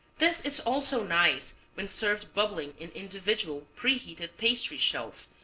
this is also nice when served bubbling in individual, preheated pastry shells,